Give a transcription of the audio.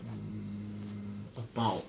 mm about